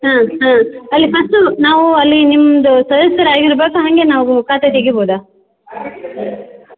ಹಾಂ ಹಾಂ ಅಲ್ಲಿ ಫಸ್ಟ್ ನಾವು ಅಲ್ಲಿ ನಿಮ್ದು ಸದಸ್ಯರಾಗಿರಬೇಕು ಹಾಗೆ ನಾವು ಖಾತೆ ತೆಗಿಬೋದ ಖಾತೆ ತೆಗಿಬೋದು